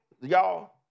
y'all